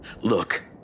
Look